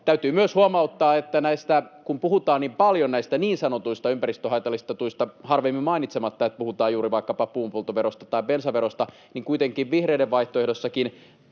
Täytyy myös huomauttaa, että kun puhutaan niin paljon näistä niin sanotuista ympäristölle haitallisista tuista harvemmin mainitsematta, että puhutaan juuri vaikkapa puun polton verosta tai bensaverosta, niin kuitenkin vihreiden vaihtoehdossakin